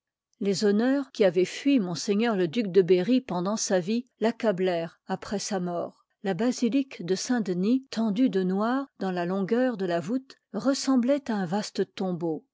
les honneurs qui avoient fui m le duc de berry pendant sa vie faccablèrent après sa mort la basilique de saint-denis tendue de noir dans la longueur de la voûte ressembloit à un vaste tombeau